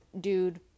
dude